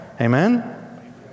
Amen